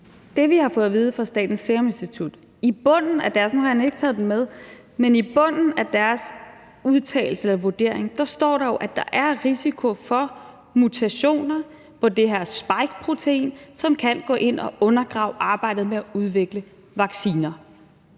men i bunden af Statens Serum Instituts udtalelse eller vurdering står der jo, at der er risiko for mutationer på det her spikeprotein, som kan gå ind at undergrave arbejdet med at udvikle vacciner,